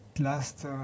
last